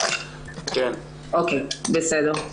בסדר.